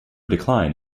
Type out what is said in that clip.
decline